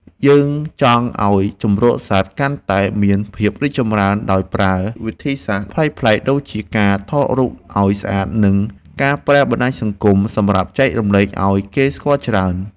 យើងចង់ឱ្យជម្រកសត្វកាន់តែមានភាពរីកចម្រើនដោយប្រើវិធីសាស្ត្រប្លែកៗដូចជាការថតរូបឱ្យស្អាត និង ការប្រើបណ្ដាញសង្គមសម្រាប់ចែករំលែកឱ្យគេស្គាល់ច្រើន។